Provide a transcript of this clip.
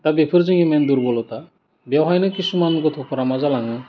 दा बेफोर जोंनिनो दुरबलथा बेयावनो किसुमान गथ'फोरा मा जालाङो